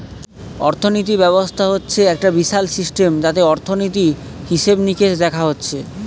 অর্থিনীতি ব্যবস্থা হচ্ছে একটা বিশাল সিস্টেম যাতে অর্থনীতি, হিসেবে নিকেশ দেখা হচ্ছে